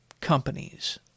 companies